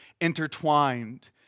intertwined